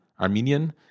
Armenian